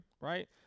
Right